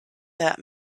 that